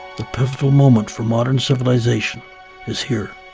the perfect moment for modern civilization is here.